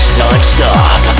non-stop